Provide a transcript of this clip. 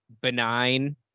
benign